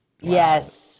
yes